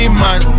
man